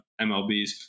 MLBs